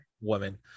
woman